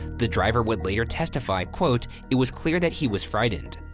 the driver would later testify, it was clear that he was frightened,